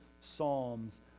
psalms